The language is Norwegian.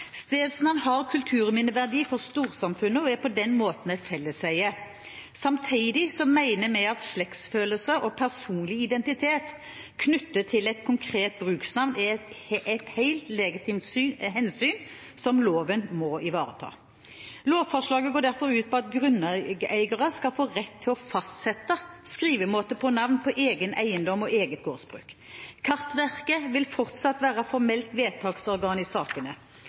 Stedsnavn har kulturminneverdi for storsamfunnet og er på den måten et felleseie. Samtidig mener vi at slektsfølelse og personlig identitet knyttet til et konkret bruksnavn er et helt legitimt hensyn, som loven må ivareta. Lovforslaget går derfor ut på at grunneiere skal få rett til å fastsette skrivemåte av navn på egen eiendom og eget gårdsbruk. Kartverket vil fortsatt være formelt vedtaksorgan i sakene.